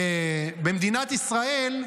במדינת ישראל,